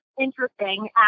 interesting